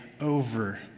over